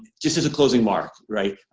just as a closing mark right?